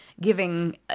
giving